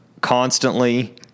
constantly